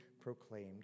proclaimed